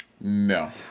No